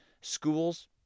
Schools